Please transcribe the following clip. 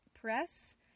Press